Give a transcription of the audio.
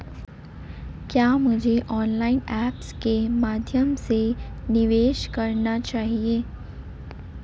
क्या मुझे online apps के माध्यम से निवेश करना चाहिए?